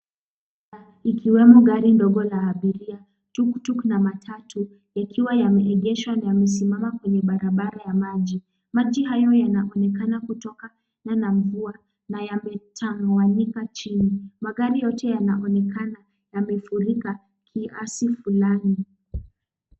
Ikiwemo gari ndogo ya abiria, tuktuk na matatu, yakiwa yameegeshwa na yamesimama kwenye barabara ya maji. Maji hayo yanaonekana kutokana na mvua, na yametawanyika chini. Magari yote yanaonekana yamefurika kiasi fulani.